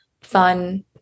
fun